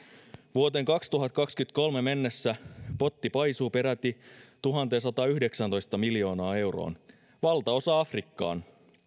vuoteen kaksituhattakaksikymmentäkolme mennessä potti paisuu peräti tuhanteensataanyhdeksääntoista miljoonaan euroon valtaosa afrikkaan